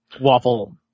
waffle